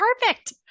perfect